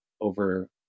over